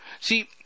see